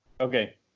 Okay